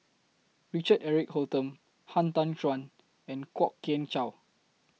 Richard Eric Holttum Han Tan Juan and Kwok Kian Chow